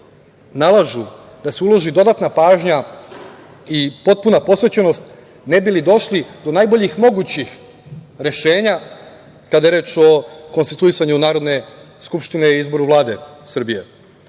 nalažu da se uloži dodatna pažnja i potpuna posvećenost ne bili došli do najboljih mogućih rešenja kada je reč o konstituisanju Narodne skupštine i izboru Vlade Srbije. Upravo